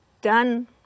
done